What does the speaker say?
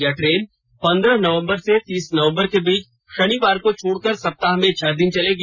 यह ट्रेन पंद्रह नवंबर से तीस नवंबर के बीच शनिवार को छोड़कर सप्ताह में छह दिन चलेगी